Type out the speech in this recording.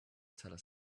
telescope